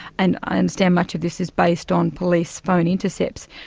and i understand much of this is based on police phone intercepts.